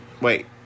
wait